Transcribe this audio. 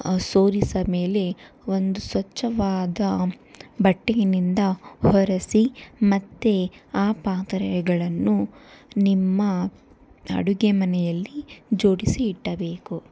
ಸೋರಿದ ಮೇಲೆ ಒಂದು ಸ್ವಚ್ಛವಾದ ಬಟ್ಟೆಯಿಂದ ಒರೆಸಿ ಮತ್ತೆ ಆ ಪಾತ್ರೆಗಳನ್ನು ನಿಮ್ಮ ಅಡುಗೆಮನೆಯಲ್ಲಿ ಜೋಡಿಸಿ ಇಡಬೇಕು